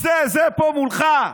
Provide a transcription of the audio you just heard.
זה, זה שפה מולך.